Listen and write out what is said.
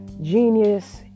genius